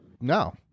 No